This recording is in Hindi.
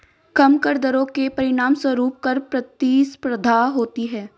कम कर दरों के परिणामस्वरूप कर प्रतिस्पर्धा होती है